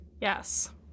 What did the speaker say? Yes